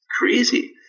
Crazy